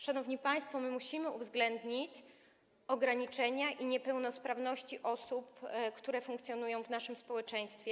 Szanowni państwo, my musimy uwzględnić ograniczenia i niepełnosprawności osób, które funkcjonują w naszym społeczeństwie.